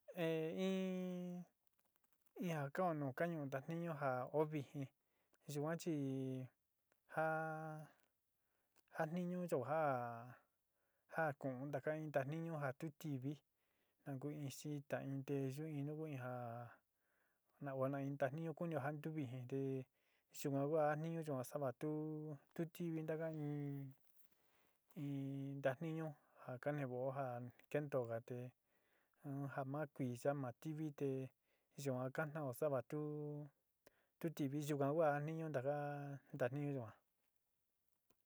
He iin ian kanuu kañuu ta'a niño ján ovii xhiyuan xhíí ha'a niño yuu ján. ha kon daka'a innda niño ján ha tuu ti'í akuixhinda teinde yuu iin nduian, nakua iin ndaión yuñuu anduvii nde'e xhion kuan niño xando'o ha va'á atuu tivii anda iin, iin nda'a niño kande nguo'a kendovaté ho jama kuixa'a xamativité yoakando jan xava'a tuu, tuti kui xa'a va'a ngua'á nda'a niño ndagua nda niño nguá.